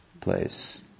place